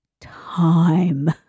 time